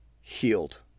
healed